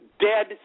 Dead